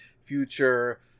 future